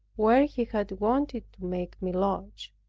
where he had wanted to make me lodge,